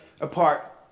apart